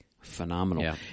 phenomenal